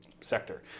sector